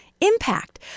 impact